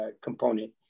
component